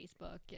Facebook